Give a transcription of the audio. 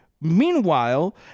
Meanwhile